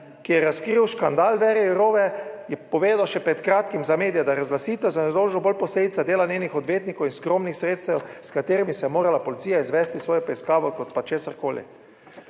ki je razkril škandal Věre Jourove, je povedal še pred kratkim za medije, da je razglasitev za nedolžno bolj posledica dela njenih odvetnikov in skromnih sredstev, s katerimi se je morala policija izvesti svojo preiskavo, kot pa česarkoli.